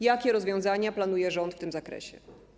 Jakie rozwiązania planuje rząd w tym zakresie?